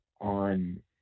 on